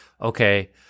okay